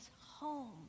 home